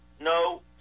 no